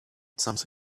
teach